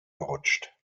gerutscht